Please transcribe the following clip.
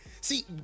See